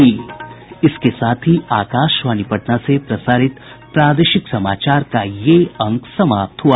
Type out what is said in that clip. इसके साथ ही आकाशवाणी पटना से प्रसारित प्रादेशिक समाचार का ये अंक समाप्त हुआ